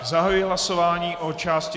Zahajuji hlasování o části